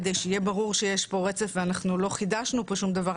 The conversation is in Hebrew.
כדי שיהיה ברור שיהיה פה רצף ואנחנו לא חידשנו פה שום דבר,